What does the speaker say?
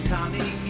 Tommy